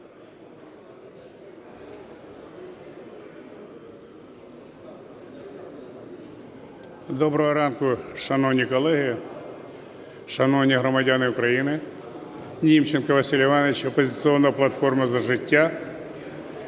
Доброго ранку, шановні колеги, шановні громадяни України! Німченко Василь Іванович "Опозиційна платформа – За життя".